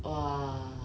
!wah!